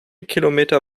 kilometer